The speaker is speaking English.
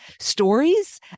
stories